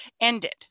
ended